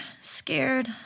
scared